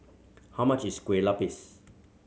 how much is Kueh Lupis